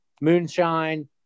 moonshine